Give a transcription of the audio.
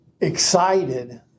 excited